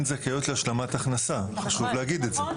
זכאיות להשלמת הכנסה וחשוב להגיד את זה.